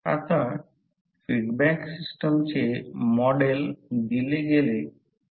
म्हणूनच हे circuit DC सर्किटला अनुरूप काढले गेले आहे